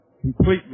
completely